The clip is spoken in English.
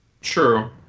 True